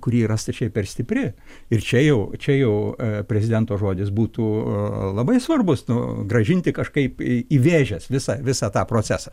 kuri yra stačiai per stipri ir čia jau čia jau prezidento žodis būtų labai svarbus nu grąžinti kažkaip į į vėžes visą visą tą procesą